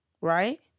right